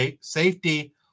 safety